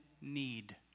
need